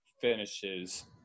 finishes